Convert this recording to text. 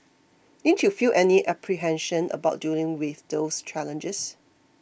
didn't you feel any apprehension about dealing with those challenges